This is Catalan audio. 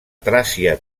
tràcia